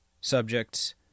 Subjects